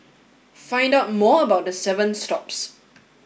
find out more about the seven stops